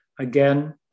Again